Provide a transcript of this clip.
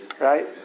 Right